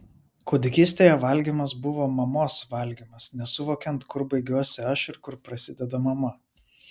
kūdikystėje valgymas buvo mamos valgymas nesuvokiant kur baigiuosi aš ir kur prasideda mama